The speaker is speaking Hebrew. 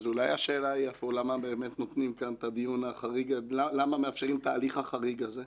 אז אולי השאלה היא למה באמת מאפשרים את ההליך החריג הזה?